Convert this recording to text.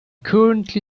currently